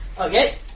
Okay